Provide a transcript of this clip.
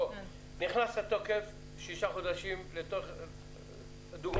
נכנס לתוקף שישה חודשים לדוגמה,